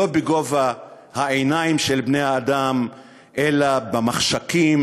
לא בגובה העיניים של בני-האדם אלא במחשכים.